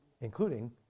including